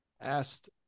asked